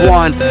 one